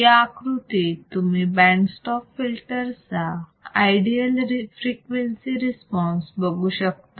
या आकृतीत तुम्ही बँड स्टॉप फिल्टर चा आयडियल फ्रिक्वेन्सी रिस्पॉन्स बघू शकता